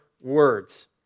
words